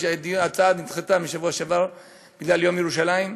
ההצעה נדחתה משבוע שעבר בגלל יום ירושלים,